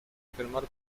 firmar